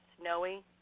snowy